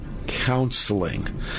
counseling